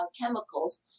chemicals